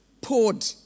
poured